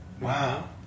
Wow